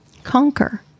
conquer